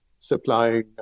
supplying